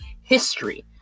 history